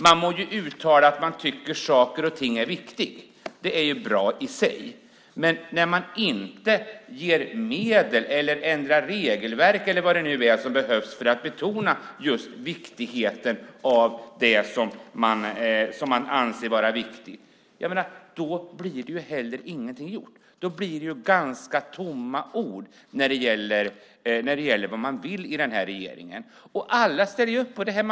Man må uttala att man tycker att saker och ting är viktiga. Det är bra i sig. Men när man inte ger medel eller ändrar regelverk eller vad det nu är som behövs för att betona just viktigheten av det man anser vara viktigt - då blir det heller ingenting gjort. Då blir det ganska tomma ord från regeringen när det gäller vad man vill. Alla ställer upp!